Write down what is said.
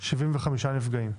75 נפגעים.